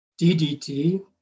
DDT